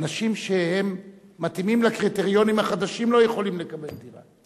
אנשים שמתאימים לקריטריונים החדשים לא יכולים לקבל דירה.